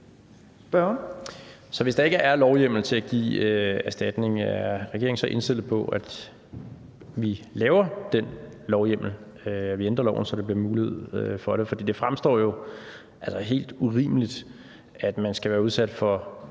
hvis der ikke er lovhjemmel til at give erstatning, er regeringen så indstillet på, at vi laver den lovhjemmel, at vi ændrer loven, så der bliver mulighed for det? For det fremstår jo altså helt urimeligt, at man skal være udsat for